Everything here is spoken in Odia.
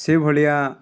ସେଭଳିଆ